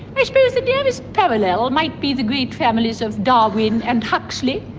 i suppose the nearest parallel might be the great families of darwin and huxley,